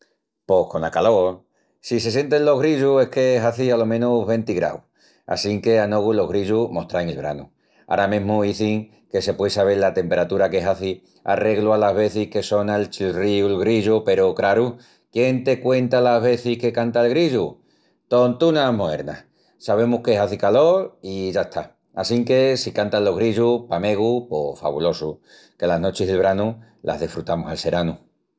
Pos cona calol. Si se sientin los grillus es que hazi alo menus venti graus. Assinque a nogu los grillus mos train el branu. Ara mesmu izin que se puei sabel la temperatura que hazi arreglu alas vezis que sona'l chilríu'l grillu peru, craru, quien te cuenta las vezis que canta'l grillu? Tontunas moernas. Sabemus que hazi calol i yasta, assinque si cantan los grillus pa megu pos fabulosu, que las nochis del branu las desfrutamus al seranu.